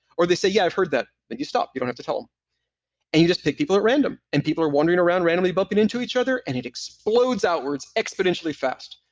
or they say, yeah, i've heard that. then you stop, you don't have to tell them and you just pick people at random. and people are wandering around randomly bumping into each other, and it explodes outwards exponentially fast.